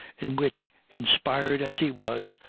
in which, inspired as he was,